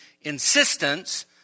insistence